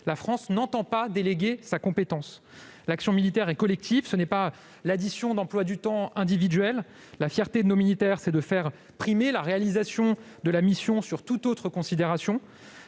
la France n'entend pas déléguer sa compétence. L'action militaire est collective, elle ne se résume pas à l'addition d'emplois du temps individuels. La fierté de nos militaires, c'est de faire primer la réalisation de la mission sur toute autre considération.